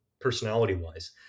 personality-wise